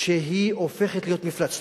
שהיא הופכת להיות מפלצתית.